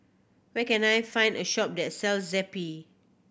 where can I find a shop that sells Zappy